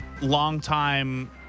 longtime